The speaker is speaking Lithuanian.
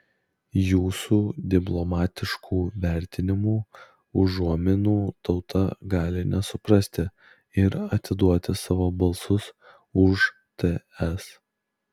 jūsų diplomatiškų vertinimų užuominų tauta gali nesuprasti ir atiduoti savo balsus už ts